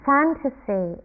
Fantasy